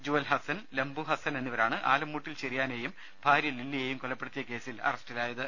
ജുവൽഹസ്സൻ ലംബു ഹസ്സൻ എന്നിവരാണ് ആലുംമൂട്ടിൽ ചെറിയാനെയും ഭാര്യ ലില്ലി യെയും കൊലപ്പെടുത്തിയ കേസിൽ അറസ്റ്റിലായത്